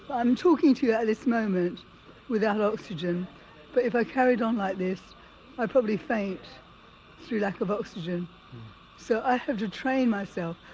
i'm talking to you at this moment without oxygen but if i carried on like this i'd probably faint through lack of oxygen so i have to train myself,